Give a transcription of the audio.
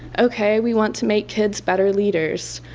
okay, we want to make kids better leaders.